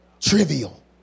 trivial